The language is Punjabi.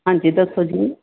ਹਾਂਜੀ ਦੱਸੋ ਜੀ